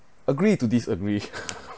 agree to disagree